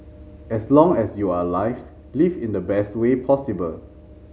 as long as you are alive live in the best way possible